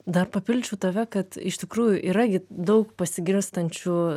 dar papildyčiau tave kad iš tikrųjų yra gi daug pasigirstančių